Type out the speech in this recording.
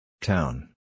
Town